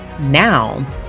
now